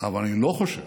אבל אני לא חושב